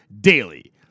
DAILY